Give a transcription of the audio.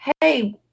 hey